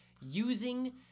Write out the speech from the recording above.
Using